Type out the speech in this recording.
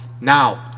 now